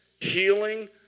healing